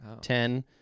Ten